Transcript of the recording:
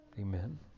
Amen